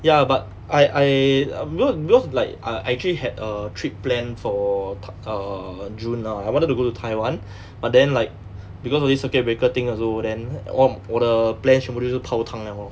ya but I I um because because like I uh actually had a trip plan for err june lah I wanted to go to taiwan but then like because of this circuit breaker thing also then 我我的 plan 全部泡汤了 lor